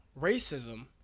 racism